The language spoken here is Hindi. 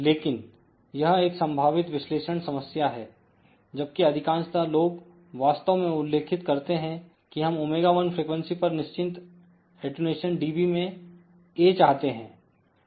लेकिन यह एक संभावित विश्लेषण समस्या है जबकि अधिकांशतः लोग वास्तव में उल्लिखित करते हैं कि हम ω1 फ्रीक्वेंसी पर निश्चित अटेंन्यूशन dB में A चाहते हैं